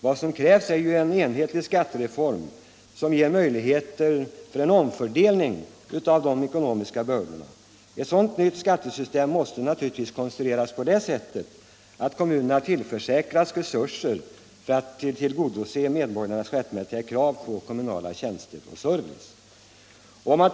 Vad som krävs är enhetlig skattereform som ger möjligheter till en omfördelning av de ekonomiska bördorna. Ett sådant nytt skattesystem måste naturligtvis konstrueras på det sättet att kommunerna tillförsäkras resurser för att tillgodose medborgarnas rättmätiga krav på kommunala tjänster och service.